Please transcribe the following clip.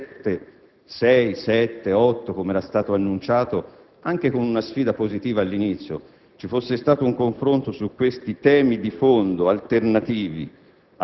Dico sinceramente che un tale atteggiamento anche negli anni scorsi avrebbe potuto determinare questa maggiore complicazione. Penso al tempo stesso